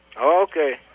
Okay